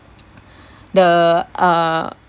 the err